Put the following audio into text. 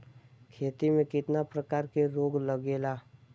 खेती में कितना प्रकार के रोग लगेला?